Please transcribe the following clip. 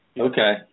Okay